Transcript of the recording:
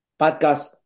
podcast